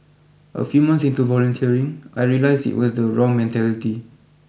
a few months into volunteering I realised it was the wrong mentality